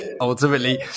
ultimately